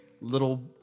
little